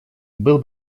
был